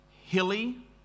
hilly